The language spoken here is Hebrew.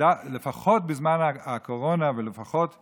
שלפחות בזמן הקורונה ולפחות עכשיו,